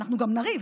ואנחנו גם נריב,